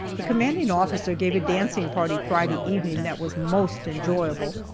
the commanding officer gave a dancing party friday evening that was most enjoyable.